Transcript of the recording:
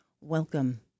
welcome